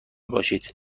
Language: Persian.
باشید